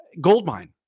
goldmine